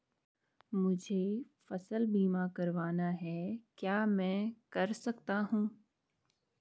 मुझे फसल बीमा करवाना है क्या मैं कर सकता हूँ?